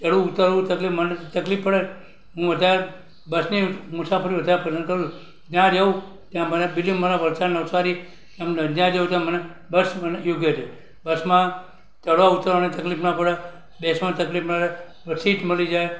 ચઢવું ઊતરવું તકલીફ મને તકલીફ પડે હું વધારે બસની મુસાફરી વધારે પસંદ કરું જ્યાં રહેવું ત્યાં મને બીલીમોરા વલસાડ નવસારી એમ જ્યાં જવું ત્યાં મને બસ મને યોગ્ય રહે બસમાં ચઢવા ઉતરવાની તકલીફ ન પડે બેસવાની તકલીફ ન રહે સીટ મળી જાય